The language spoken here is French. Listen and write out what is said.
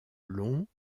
longs